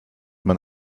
mein